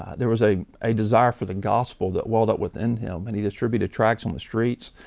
there was a a desire for the gospel that welled up within him, and he distributed tracts on the streets,